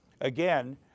again